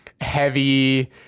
heavy